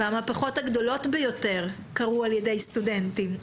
המהפכות הגדולות יותר קרו על-ידי סטודנטים,